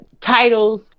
titles